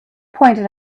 pointed